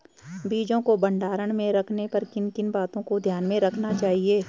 बीजों को भंडारण में रखने पर किन किन बातों को ध्यान में रखना चाहिए?